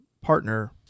partner